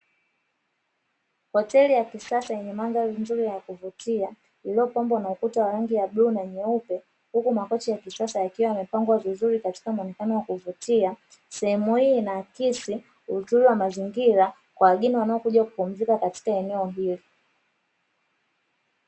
Hoteli ya kisasa yenye mandhari nzuri na ya kuvutia, iloyopangwa na ukuta wa rangi ya bluu na nyeupe, huku makochi ya kisasa yakiwa yamepangwa vizuri katika muonekano wa kuvutia, sehemu hii inaakisi uzuri wa mazingira kwa wageni wanaokuja kupumzika katika eneo hili.